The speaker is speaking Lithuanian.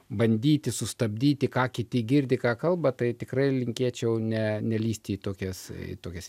bandyti sustabdyti ką kiti girdi ką kalba tai tikrai linkėčiau ne nelįsti į tokias tokias